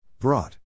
Brought